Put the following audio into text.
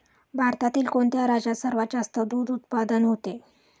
भारतातील कोणत्या राज्यात सर्वात जास्त दूध उत्पादन होते?